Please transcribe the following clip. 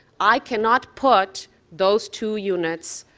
i cannot put those two units